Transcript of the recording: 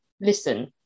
listen